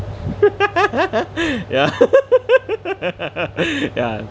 ya ya